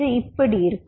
இது இப்படி இருக்கும்